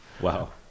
Wow